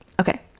Okay